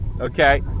okay